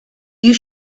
you